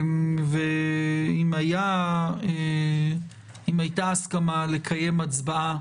ואם הייתה הסכמה לקיים הצבעה